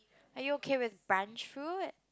are you okay with bun through it